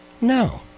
No